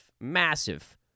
massive